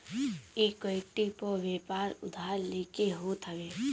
equity पअ व्यापार उधार लेके होत हवे